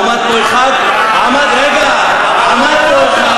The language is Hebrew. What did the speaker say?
עמד פה אחד, אהה, רגע, עמד פה אחד